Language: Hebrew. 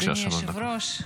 אדוני היושב-ראש,